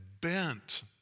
bent